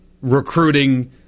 recruiting